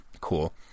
cool